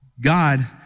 God